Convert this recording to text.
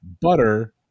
Butter